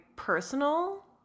Personal